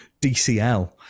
DCL